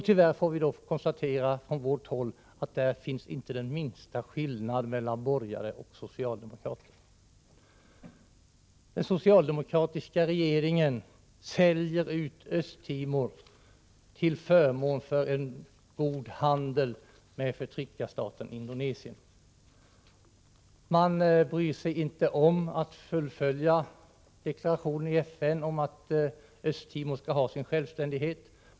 Tyvärr får vi från vårt håll konstatera att det inte finns minsta skillnad mellan borgare och socialdemokrater på den punkten. Den socialdemokratiska regeringen säljer ut Östtimor till förmån för en god handel med förtryckarstaten Indonesien. Man bryr sig inte om att fullfölja deklarationen i FN om att Östtimor skall ha sin självständighet.